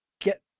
get